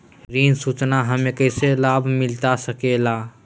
ऋण सूचना हमें कैसे लाभ मिलता सके ला?